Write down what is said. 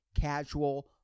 casual